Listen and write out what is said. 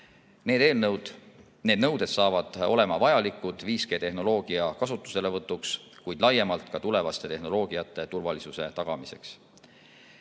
huvidega. Need nõuded saavad olema vajalikud 5G‑tehnoloogia kasutuselevõtuks, kuid laiemalt ka tulevaste tehnoloogiate turvalisuse tagamiseks.